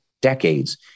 decades